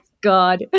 god